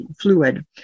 fluid